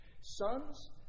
Sons